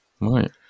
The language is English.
Right